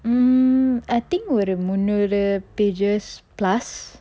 mm I think ஒரு முந்நூறு:oru munnooru pages plus